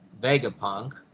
Vegapunk